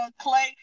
Clay